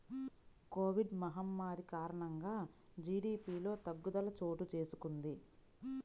Covid మహమ్మారి కారణంగా జీడీపిలో తగ్గుదల చోటుచేసుకొంది